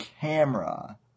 camera